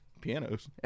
pianos